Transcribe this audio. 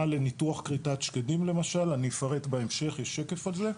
לניתוח כריתת שקדים למשל ואני אפרט בהמשך יש שקף על זה,